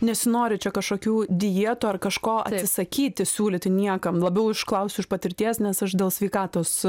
nesinori čia kažkokių dietų ar kažko atsisakyti siūlyti niekam labiau iš klausiu iš patirties nes aš dėl sveikatos